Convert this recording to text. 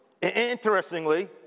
Interestingly